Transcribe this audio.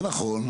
זה נכון,